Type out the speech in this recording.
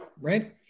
right